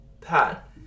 Pat